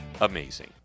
amazing